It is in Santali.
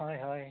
ᱦᱳᱭ ᱦᱳᱭ